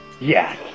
Yes